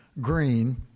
green